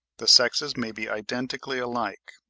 the sexes may be identically alike,